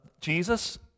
Jesus